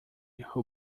who